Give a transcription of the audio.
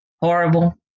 horrible